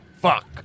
Fuck